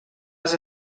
les